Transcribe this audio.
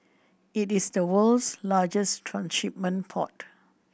it is the world's largest transshipment port